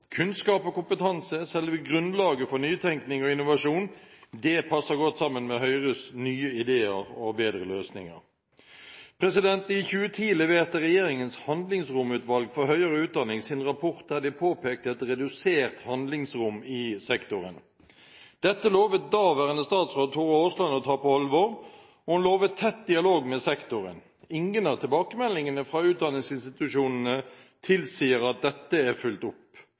Kunnskap og kompetanse er selve grunnlaget for nytenkning og innovasjon. Det passer godt sammen med Høyres nye ideer og bedre løsninger. I 2010 leverte regjeringens handlingsromutvalg for høyere utdanning sin rapport, der de påpekte et redusert handlingsrom i sektoren. Dette lovet daværende statsråd Tora Aasland å ta på alvor, og hun lovet tett dialog med sektoren. Ingen av tilbakemeldingene fra utdanningsinstitusjonene tilsier at dette er fulgt opp.